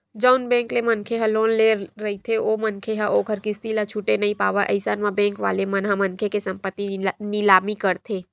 जउन बेंक ले मनखे ह लोन ले रहिथे ओ मनखे ह ओखर किस्ती ल छूटे नइ पावय अइसन म बेंक वाले मन ह मनखे के संपत्ति निलामी करथे